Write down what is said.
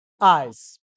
eyes